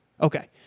Okay